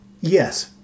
Yes